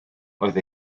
oedd